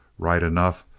right enough,